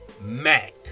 mac